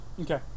Okay